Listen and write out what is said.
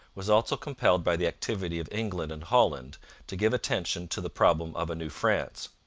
was also compelled by the activity of england and holland to give attention to the problem of a new france.